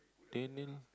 Daniel